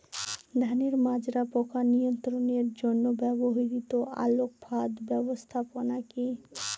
ধানের মাজরা পোকা নিয়ন্ত্রণের জন্য ব্যবহৃত আলোক ফাঁদ ব্যবস্থাপনা কি?